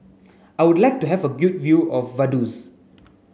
I would like to have a good view of Vaduz